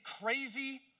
crazy